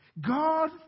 God